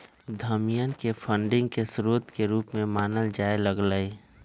उद्यमियन के फंडिंग के स्रोत के रूप में मानल जाय लग लय